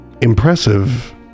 Impressive